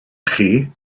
chi